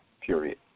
Period